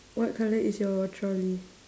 what colour is your trolley